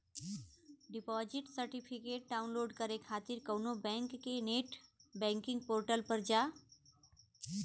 deposit certificate download करे खातिर कउनो बैंक के नेट बैंकिंग पोर्टल पर जा